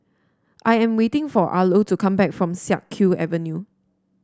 I am waiting for Arlo to come back from Siak Kew Avenue